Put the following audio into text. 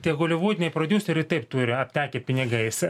tie holivudiniai prodiuseriai ir taip turi aptekę pinigais